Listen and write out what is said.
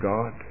God